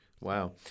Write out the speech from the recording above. Wow